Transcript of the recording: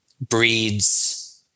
breeds